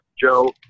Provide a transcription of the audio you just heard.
Joe